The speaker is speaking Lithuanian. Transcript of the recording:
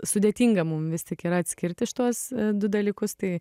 sudėtinga mum vis tik yra atskirti šituos du dalykus tai